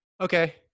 Okay